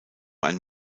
ein